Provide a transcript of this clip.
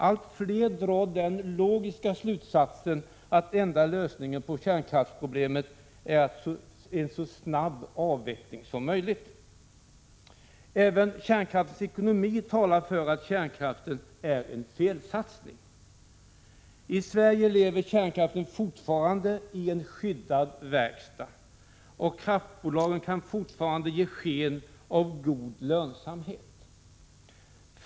Allt fler drar den logiska slutsatsen att enda lösningen på kärnkraftsproblemet är en så snabb avveckling som möjligt. Även kärnkraftens ekonomi talar för att kärnkraften är en felsatsning. I Sverige lever kärnkraften fortfarande i en skyddad verkstad, och kraftbolagen kan fortfarande ge sken av god lönsamhet.